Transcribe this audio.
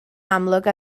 amlwg